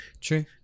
True